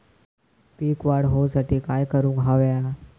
पीक वाढ होऊसाठी काय करूक हव्या?